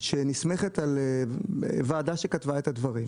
שנסמכת על ועדה שכתבה את הדברים.